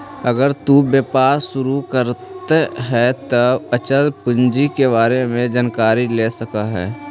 अगर तु व्यापार शुरू करित हे त अचल पूंजी के बारे में जानकारी ले सकऽ हे